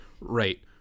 right